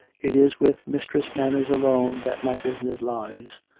it is with mistress manners alone that my busi ness lies.